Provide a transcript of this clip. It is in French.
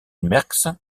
merckx